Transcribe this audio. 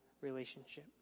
relationship